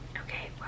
okay